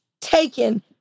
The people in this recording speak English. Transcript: taken